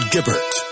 Gibbert